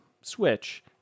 switch